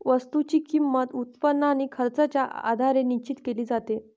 वस्तूची किंमत, उत्पन्न आणि खर्चाच्या आधारे निश्चित केली जाते